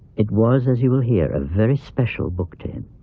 it was, as you will hear, a very special book to him.